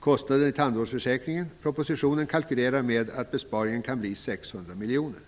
kostnader i tandvårdsförsäkringen. I propositionen kalkyleras det med att besparingen kan bli 600 miljoner kronor.